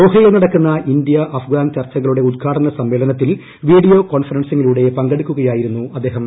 ദോഹയിൽ നടക്കുന്ന India Afghan ചർച്ചകളുടെ ഉദ്ഘാടന സമ്മേളനത്തിൽ വീഡിയോ കോൺഫറൻസിങ്ങിലൂടെ പങ്കെടുക്കുകയായിരുന്നു അദ്ദേഹം